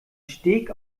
steg